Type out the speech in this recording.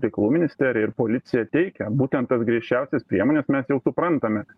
reikalų ministerija ir policija teikia būtent tas griežčiausias priemones mes jau suprantame kad